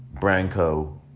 Branko